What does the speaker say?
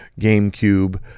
GameCube